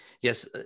Yes